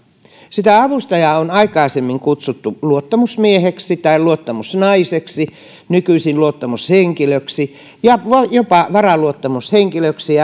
sitä avustajaa on aikaisemmin kutsuttu luottamusmieheksi tai luottamusnaiseksi nykyisin luottamushenkilöksi ja jopa varaluottamushenkilöksi